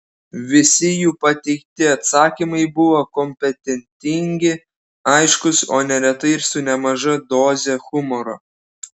visi jų pateikti atsakymai buvo kompetentingi aiškūs o neretai ir su nemaža doze humoro